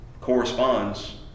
corresponds